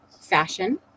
fashion